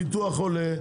הביטוח עולה,